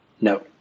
No